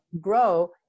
Grow